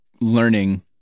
learning